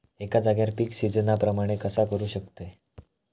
एका जाग्यार पीक सिजना प्रमाणे कसा करुक शकतय?